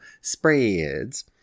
spreads